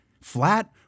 flat